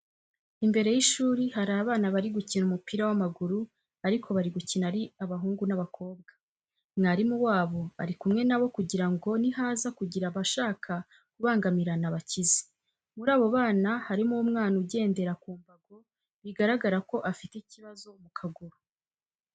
Imbere y'ishuri hari abana bari gukina umupira w'amaguru ariko bari gukina ari abahungu n'abakobwa. Mwarimu wabo ari kumwe na bo kugira ngo nihaza kugira abashaka kubangamirana abakize. Muri abo bana harimo umwana ugendera ku mbago bigaragara ko afite ikibazo mu kaguru.